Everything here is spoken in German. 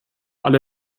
alle